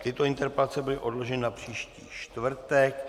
Tyto interpelace byly odloženy na příští čtvrtek.